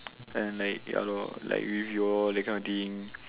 and like ya lor like with you all that kind of thing